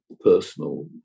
personal